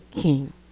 King